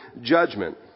judgment